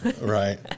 Right